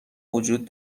وجود